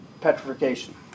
petrification